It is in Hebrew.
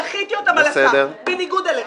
דחיתי אותן על הסף בניגוד אליך.